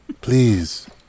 Please